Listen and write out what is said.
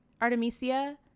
Artemisia